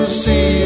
see